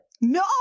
No